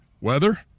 Weather